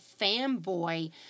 fanboy